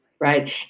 right